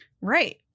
Right